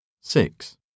Six